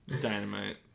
Dynamite